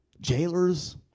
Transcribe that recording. jailers